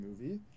movie